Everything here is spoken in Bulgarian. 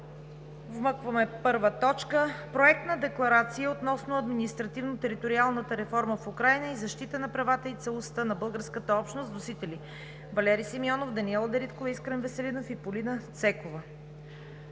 вмъкваме: „1. Проект на декларация относно административно-териториалната реформа в Украйна и защита на правата и целостта на българската общност. Вносители: Валери Симеонов, Даниела Дариткова, Искрен Веселинов и Полина Цанкова